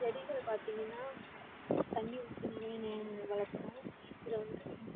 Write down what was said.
செடிகள் பார்த்திங்கனா தண்ணி ஊற்றி நிறைய நேரம் வளர்க்கணும் இதை வந்து